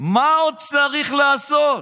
מה עוד צריך לעשות?